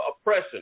oppression